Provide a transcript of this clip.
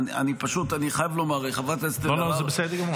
אני פשוט חייב לומר -- לא, לא, זה בסדר גמור.